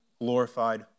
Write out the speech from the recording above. glorified